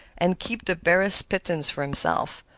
and keep the barest pittance for himself.